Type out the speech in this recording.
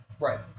Right